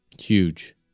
huge